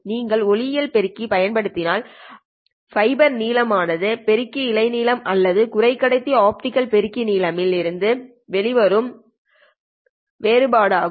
நீங்கள் ஒளியியல் பெருக்கி பயன்படுத்தினால் ஃபைபர் நீளம் ஆனது பெருக்கி இழை நீளம் அல்லது குறைக்கடத்தி ஆப்டிகல் பெருக்கி நீளம்இல் இருந்து வேறு படுகிறது